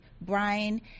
Brian